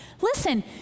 Listen